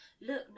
Look